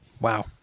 Wow